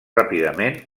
ràpidament